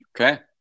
Okay